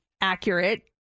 accurate